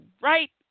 right